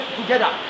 together